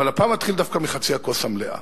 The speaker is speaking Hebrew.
אבל הפעם אתחיל דווקא מחצי הכוס המלאה.